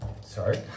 sorry